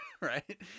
right